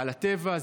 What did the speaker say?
על הטבע.